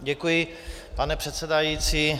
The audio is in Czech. Děkuji, pane předsedající.